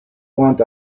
want